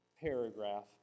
paragraph